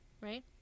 right